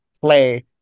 play